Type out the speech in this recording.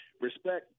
respect